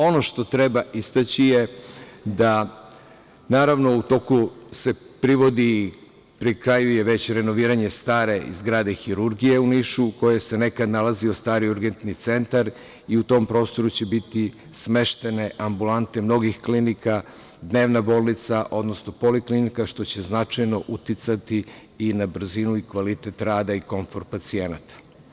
Ono što treba istaći je da, naravno, u toku se privodi, i pri kraju je renoviranje stare zgrade hirurgije u Nišu, u kojoj se nekada nalazio stari urgentni centar, i u tom prostoru će biti smeštene ambulante mnogih klinika, dnevna bolnica, odnosno poliklinika, što će značajno uticati i na brzinu i kvalitet rada i komfor pacijenata.